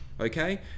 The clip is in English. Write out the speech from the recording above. okay